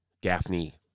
Gaffney